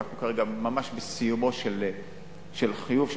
אנחנו כרגע בסיום של חיוב החברות,